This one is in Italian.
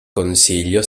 consiglio